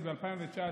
בבקשה.